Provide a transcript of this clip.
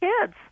kids